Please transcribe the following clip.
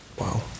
Wow